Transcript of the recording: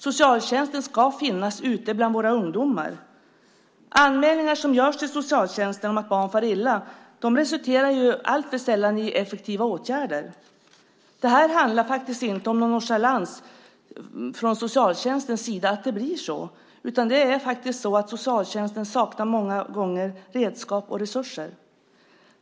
Socialtjänsten ska finnas ute bland våra ungdomar. Anmälningar som görs till socialtjänsten om att barn far illa resulterar alltför sällan i effektiva åtgärder. Det handlar faktiskt inte om nonchalans från socialtjänstens sida att det blir så, utan det beror på att socialtjänsten många gånger saknar redskap och resurser.